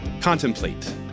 contemplate